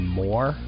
more